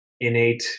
innate